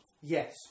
Yes